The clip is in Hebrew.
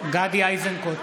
איזנקוט,